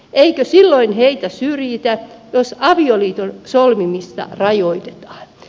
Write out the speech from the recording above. eikö silloin heitä syrjitä jos avioliiton solmimista rajoitetaan